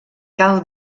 cal